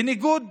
בניגוד